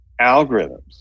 algorithms